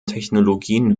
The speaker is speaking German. technologien